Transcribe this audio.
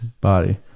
Body